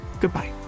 Goodbye